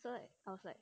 third I was like